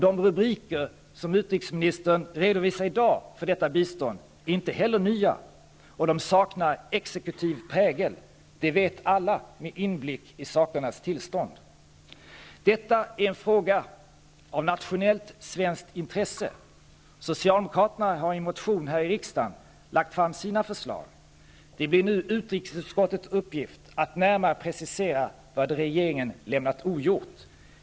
De rubriker som utrikesministern redovisade i dag för detta bistånd är inte heller nya. Och de saknar exekutiv prägel. Det vet alla med inblick i sakernas tillstånd. Detta är en fråga av nationellt svenskt intresse. Socialdemokraterna har i en motion här i riksdagen lagt fram sina förslag. Det blir nu utrikesutskottets uppgift att närmare precisera vad regeringen lämnat ogjort.